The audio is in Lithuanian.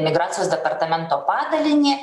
migracijos departamento padalinį